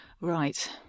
Right